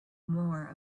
more